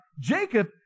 Jacob